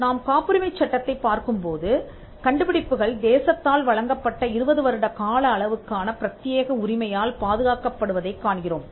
நாம் காப்புரிமைச் சட்டத்தைப் பார்க்கும்பொழுது கண்டுபிடிப்புகள் தேசத்தால் வழங்கப்பட்ட 20 வருட கால அளவுக்கான பிரத்தியேக உரிமையால் பாதுகாக்கப்படுவதைக் காண்கிறோம்